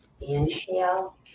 Inhale